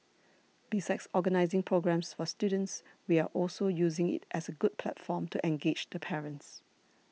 besides organising programmes for students we are also using it as a good platform to engage the parents